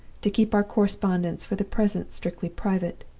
to keep our correspondence for the present strictly private.